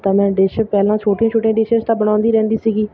ਤਾਂ ਮੈਂ ਡਿਸ਼ ਪਹਿਲਾਂ ਛੋਟੀਆਂ ਛੋਟੀਆਂ ਡਿਸ਼ਿਜ਼ ਤਾਂ ਬਣਾਉਂਦੀ ਰਹਿੰਦੀ ਸੀਗੀ